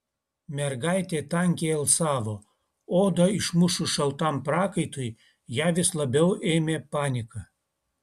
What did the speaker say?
mergaitė tankiai alsavo odą išmušus šaltam prakaitui ją vis labiau ėmė panika